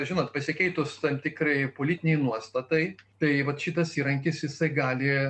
žinot pasikeitus tam tikrai politinei nuostatai tai vat šitas įrankis jisai gali